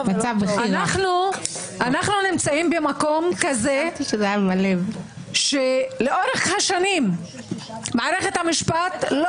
אנחנו נמצאים במקום כזה שלאורך השנים מערכת המשפט לא